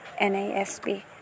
NASB